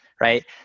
right